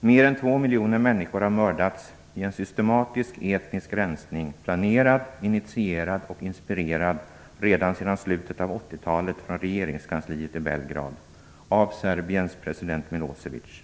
Mer än två miljoner människor har mördats i en systematisk etnisk rensning, planerad, initierad och inspirerad redan i slutet av 80-talet i regeringskansliet i Belgrad av Serbiens president Milosevic.